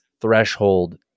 threshold